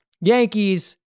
Yankees